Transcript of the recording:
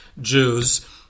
Jews